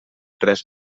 tres